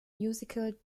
musical